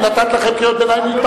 נתתי לכם קריאות ביניים.